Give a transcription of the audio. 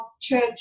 church